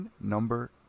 number